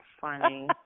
funny